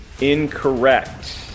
incorrect